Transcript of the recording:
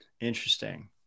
Interesting